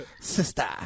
sister